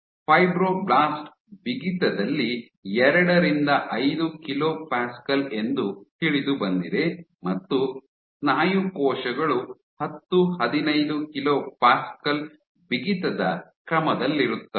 fibroblast ಬಿಗಿತದಲ್ಲಿ ಎರಡರಿಂದ ಐದು ಕಿಲೋ ಪ್ಯಾಸ್ಕಲ್ ಎಂದು ತಿಳಿದುಬಂದಿದೆ ಮತ್ತು ಸ್ನಾಯು ಕೋಶಗಳು ಹತ್ತು ಹದಿನೈದು ಕಿಲೋ ಪ್ಯಾಸ್ಕಲ್ ಬಿಗಿತದ ಕ್ರಮದಲ್ಲಿರುತ್ತವೆ